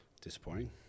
Disappointing